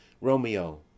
Romeo